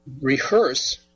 rehearse